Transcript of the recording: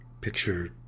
picture